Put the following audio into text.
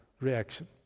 reaction